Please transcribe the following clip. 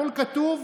הכול כתוב,